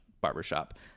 barbershop